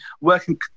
working